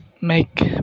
make